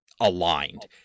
aligned